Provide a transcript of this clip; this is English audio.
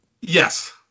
Yes